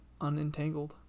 unentangled